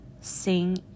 sing